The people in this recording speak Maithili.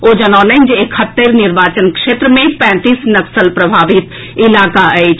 ओ जनौलनि जे एकहत्तरि निर्वाचन क्षेत्र मे पैंतीस नक्सल प्रभावित इलाका अछि